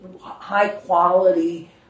high-quality